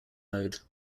mode